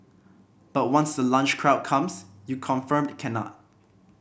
but once the lunch crowd comes you confirmed cannot